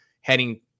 heading